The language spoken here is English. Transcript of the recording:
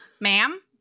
ma'am